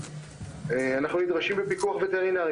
ואנחנו נדרשים בפיקוח וטרינרי,